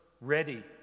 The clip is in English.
ready